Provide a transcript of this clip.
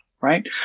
right